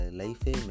life